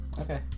Okay